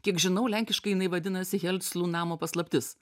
kiek žinau lenkiškai jinai vadinasi helclų namo paslaptis